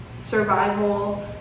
survival